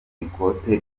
ikote